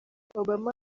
obama